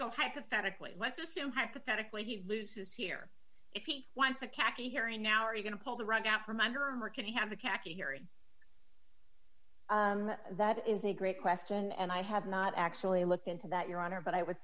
go hypothetically let's assume hypothetically he loses here if he wants a khaki hearing now are you going to pull the rug out from under him or could he have a khaki hearing that is a great question and i have not actually looked into that your honor but i would